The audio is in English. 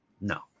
no